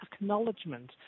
acknowledgement